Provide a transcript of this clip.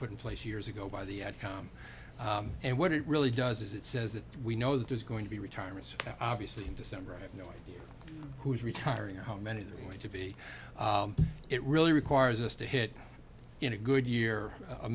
put in place years ago by the outcome and what it really does is it says that we know that there's going to be retirements obviously in december i have no idea who is retiring or how many of them to be it really requires us to hit in a good year a